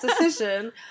decision